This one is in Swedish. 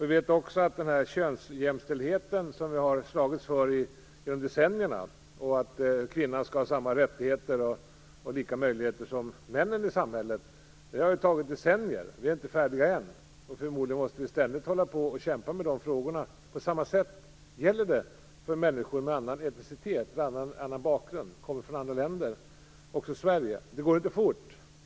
Vi har ju under decennier slagits för jämställdheten mellan könen, att kvinnan skall ha samma rättigheter och möjligheter som männen i samhället, och vi är inte färdiga än. Förmodligen måste vi ständigt fortsätta att kämpa med dessa frågor. Samma sak gäller för människor med annan etnocentricitet eller annan bakgrund och som kommer från andra länder. Det går inte fort.